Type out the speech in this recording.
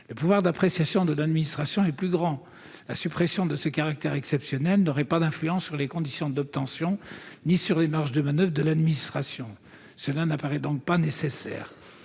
Le pouvoir d'appréciation de l'administration est plus grand. La suppression de ce caractère exceptionnel n'aurait pas d'influence sur les conditions d'obtention ni sur les marges de manoeuvre de l'administration. Elle n'apparaît donc pas nécessaire.